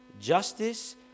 Justice